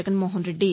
Jaganmohan Reddy